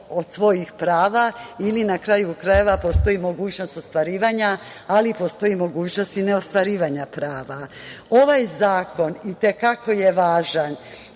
od svojih prava ili na kraju krajeva postoji mogućnost ostvarivanja, ali i postoji mogućnost neostvarivanja prava. Ovaj zakon i te kako je važan